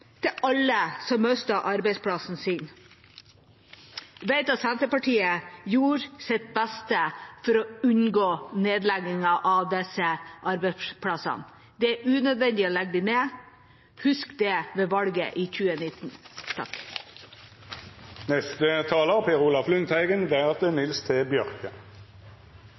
til alle som mister arbeidsplassen sin, men Senterpartiet gjorde sitt beste for å unngå nedleggingen av disse arbeidsplassene. Det er unødvendig å legge dem ned. Husk det ved valget i 2019.